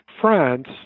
France